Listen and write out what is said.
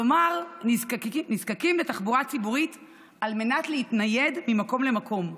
כלומר נזקקים לתחבורה ציבורית על מנת להתנייד ממקום למקום,